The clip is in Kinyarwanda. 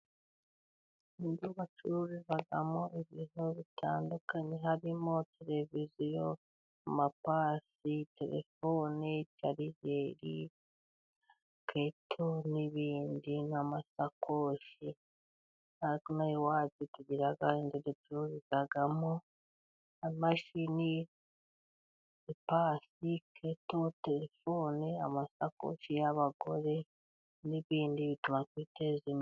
Inzu bacururizamo ibintu bitandukanye harimo televiziyo, amapasi, telefoni, sharijeri, keto n'ibindi nk'amasakoshi. Na twe inaha iwacu tugira inzu ducururizamo amamashini, ipasi, keto, telefone, amasakoshi y'abagore n'ibindi bituma twiteza imbere.